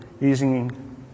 using